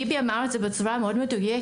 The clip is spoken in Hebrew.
ליבי אמר את זה בצורה מאוד מדויקת,